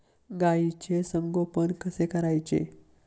गाईचे संगोपन कसे करायचे?